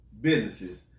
businesses